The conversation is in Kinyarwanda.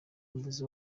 umuyobozi